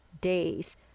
days